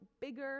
bigger